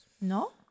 No